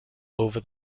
over